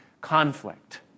conflict